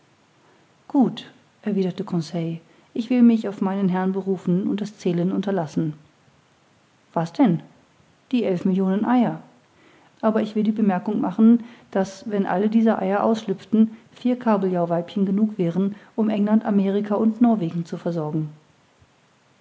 gut erwiderte conseil ich will mich auf meinen herrn berufen und das zählen unterlassen was denn die elf millionen eier aber ich will die bemerkung machen daß wenn alle diese eier ausschlüpften vier kabeljauweibchen genug wären um england amerika und norwegen zu versorgen